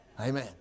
Amen